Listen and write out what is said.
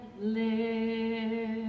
live